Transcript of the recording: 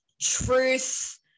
truth